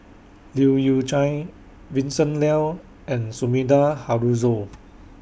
Leu Yew Chye Vincent Leow and Sumida Haruzo